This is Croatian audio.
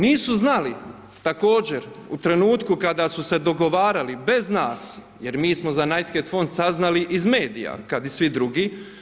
Nisu znali također u trenutku kada su se dogovarali bez nas, jer mi smo za Knighthead fond saznali iz medija kada i svi drugi.